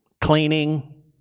cleaning